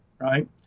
Right